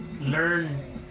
learn